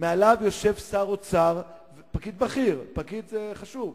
פקיד, פקיד בכיר, פקיד חשוב.